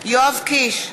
יואב קיש,